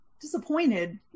disappointed